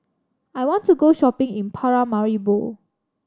I want to go shopping in Paramaribo